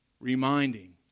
Reminding